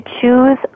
choose